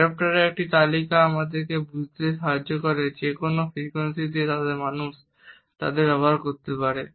অ্যাডাপ্টারের এই তালিকা আমাদেরকে বুঝতে সাহায্য করে যে কোন ফ্রিকোয়েন্সি দিয়ে মানুষ তাদের ব্যবহার করতে পারে